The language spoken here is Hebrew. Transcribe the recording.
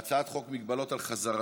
אנחנו עוברים להצעת חוק מגבלות על חזרתו